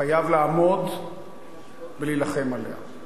חייב לעמוד ולהילחם עליה.